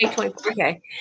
Okay